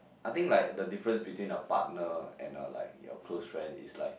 I think like the difference between a partner and a like your close friend is like